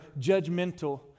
judgmental